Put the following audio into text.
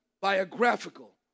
biographical